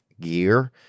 gear